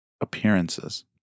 appearances